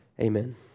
Amen